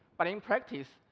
but in practice,